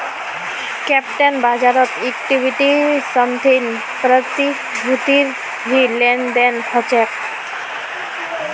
capital बाज़ारत equity समर्थित प्रतिभूतिर भी लेन देन ह छे